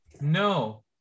no